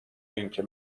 اینکه